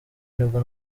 nibwo